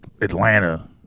Atlanta